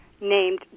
named